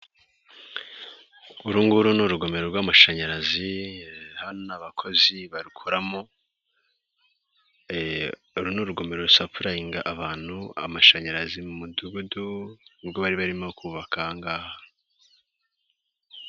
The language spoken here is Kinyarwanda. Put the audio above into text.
Urunguru n'urugomero rw'amashanyarazi, abakozi barukoramo, uru n'urugomero rusapurayinga abantu amashanyarazi mu mudugudu ubwo bari barimo kubaka aha ngaha.